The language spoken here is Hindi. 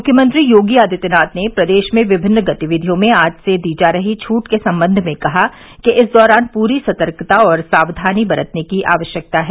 मुख्यमंत्री योगी आदित्यनाथ ने प्रदेश में विभिन्न गतिविधियों में आज से दी जा रही छूट के सम्बंध में कहा कि इस दौरान पूरी सतर्कता और सावधानी बरतने की आवश्यकता है